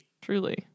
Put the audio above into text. Truly